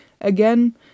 Again